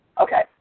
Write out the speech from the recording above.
Okay